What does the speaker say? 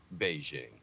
Beijing